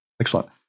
excellent